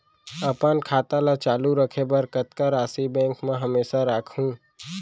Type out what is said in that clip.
अपन खाता ल चालू रखे बर कतका राशि बैंक म हमेशा राखहूँ?